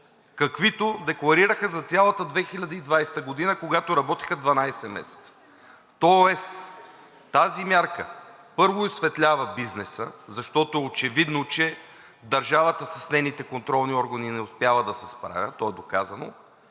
каквито декларираха за цялата 2020 г., когато работеха 12 месеца. Тоест тази мярка, първо, изсветлява бизнеса, защото е очевидно, че държавата с нейните контролни органи не успява да се справя, то е доказано.